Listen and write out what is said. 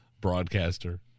broadcaster